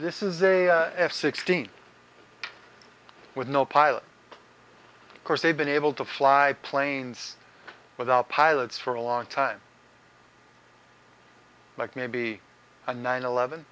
this is a f sixteen with no pilot of course they've been able to fly planes without pilots for a long time like maybe a nine eleven